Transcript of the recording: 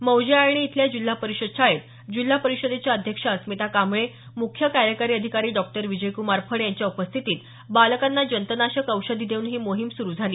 मौजे आळणी इथल्या जिल्हा परिषद शाळेत जिल्हा परिषदेच्या अध्यक्ष अस्मिता कांबळे मुख्य कार्यकारी अधिकारी डॉ विजयक्रमार फड यांच्या उपस्थितीत बालकांना जंतनाशक औषधी देऊन ही मोहीम सुरू झाली